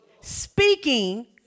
speaking